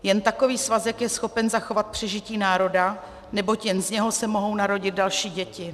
Jen takový svazek je schopen zachovat přežití národa, neboť jen z něho se mohou narodit další děti.